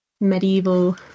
medieval